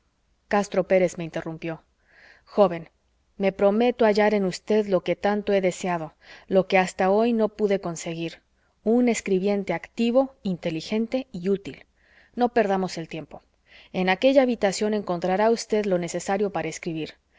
castro pérez me interrumpió joven me prometo hallar en usted lo que tanto he deseado lo que hasta hoy no pude conseguir un escribiente activo inteligente y útil no perdamos el tiempo en aquella habitación encontrará usted lo necesario para escribir